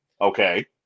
Okay